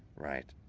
right,